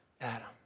Adam